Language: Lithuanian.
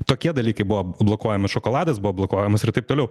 tokie dalykai buvo blokuojami šokoladas buvo blokuojamas ir taip toliau